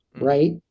right